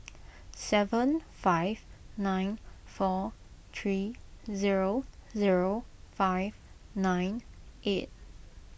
seven five nine four three zero zero five nine eight